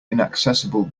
inaccessible